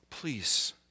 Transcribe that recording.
Please